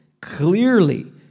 Clearly